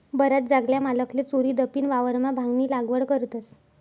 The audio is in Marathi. बराच जागल्या मालकले चोरीदपीन वावरमा भांगनी लागवड करतस